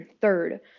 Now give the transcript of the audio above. third